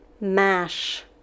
mash